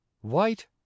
white